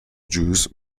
juice